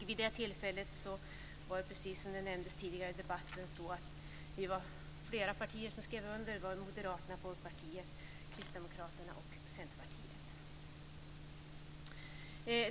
Vid det tillfället skrev, som nämnts tidigare i debatten, flera partier under på detta, nämligen Moderaterna, Folkpartiet, Kristdemokraterna och Centerpartiet.